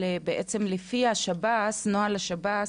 שבעצם לפי נוהל השב"ס,